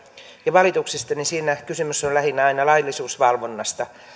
ja valituksista niin siinä kysymys on lähinnä aina laillisuusvalvonnasta